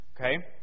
Okay